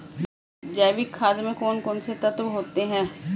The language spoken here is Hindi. जैविक खाद में कौन कौन से तत्व होते हैं?